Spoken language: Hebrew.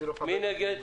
מי נגד?